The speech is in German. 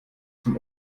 zum